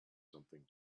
something